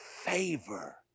favor